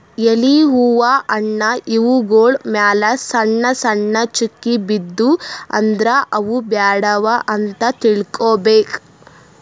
ಎಲಿ ಹೂವಾ ಹಣ್ಣ್ ಇವ್ಗೊಳ್ ಮ್ಯಾಲ್ ಸಣ್ಣ್ ಸಣ್ಣ್ ಚುಕ್ಕಿ ಬಿದ್ದೂ ಅಂದ್ರ ಅವ್ ಬಾಡ್ಯಾವ್ ಅಂತ್ ತಿಳ್ಕೊಬೇಕ್